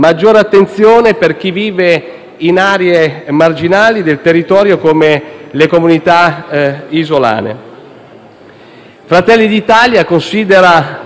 in aree marginali del territorio, come le comunità isolane. Fratelli d'Italia considera da sempre l'economia